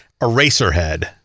Eraserhead